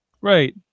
right